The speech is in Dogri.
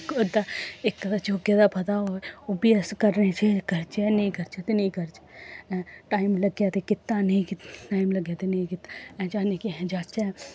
इक अद्ध इक य़ोगे दा पता होग ओह् बी अस करचै ते करचै नेईं तकचै ते नेईं करचै टाईम लग्गै ते कीता नेईं कीता टाइम लग्गै ते नेईंं कीता जानि के अस जाच्चै